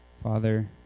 Father